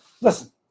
listen